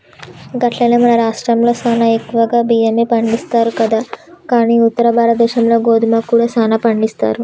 గట్లనే మన రాష్ట్రంలో సానా ఎక్కువగా బియ్యమే పండిస్తారు కదా కానీ ఉత్తర భారతదేశంలో గోధుమ కూడా సానా పండిస్తారు